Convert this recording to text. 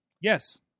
yes